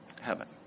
heaven